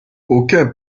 aucun